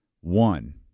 One